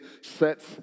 sets